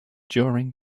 during